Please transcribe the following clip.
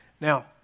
Now